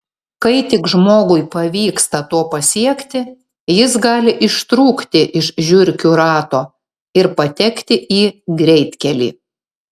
kai tik žmogui pavyksta to pasiekti jis gali ištrūkti iš žiurkių rato ir patekti į greitkelį